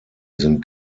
sind